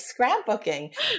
scrapbooking